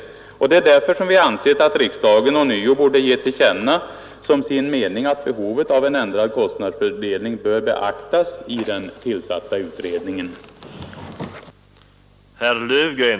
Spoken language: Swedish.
Därför har vi ansett att riksdagen ånyo borde ha gett till känna som sin mening att behovet av en ändrad kostnadsfördelning bör beaktas i den tillsatta utredningen.